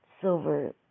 silver